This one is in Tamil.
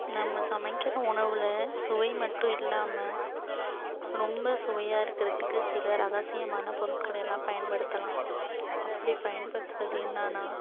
நம்ம சமைக்கிற உணவில் சுவை மட்டும் இல்லாமல் ரொம்ப சுவையாக இருக்கிறத்துக்கு சில ரகசியமான பொருட்களை எல்லாம் பயன்படுத்தலாம் அப்படி பயன்படுத்துவது என்னென்னா